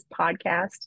podcast